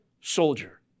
soldier